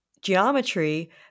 geometry